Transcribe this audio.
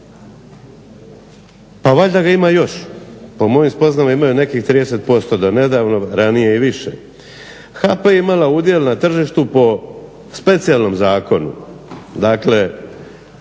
Pa valjda ga ima i još. Po mojim spoznajama imaju nekih 30% do nedavno, ranije i više. HP je imala udjel na tržištu po specijalnom zakonu. Dakle,